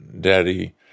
Daddy